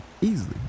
easily